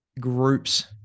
groups